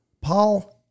Paul